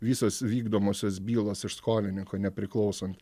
visos vykdomosios bylos iš skolininko nepriklausant